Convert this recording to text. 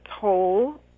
toll